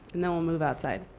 and then we'll move outside.